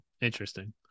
Interesting